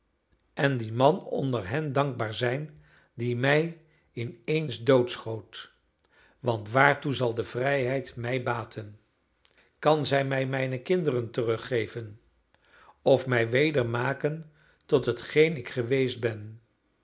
en dien man onder hen dankbaar zijn die mij in eens doodschoot want waartoe zal de vrijheid mij baten kan zij mij mijne kinderen teruggeven of mij weder maken tot hetgeen ik geweest ben